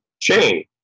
chain